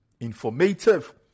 informative